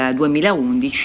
2011